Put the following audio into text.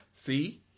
See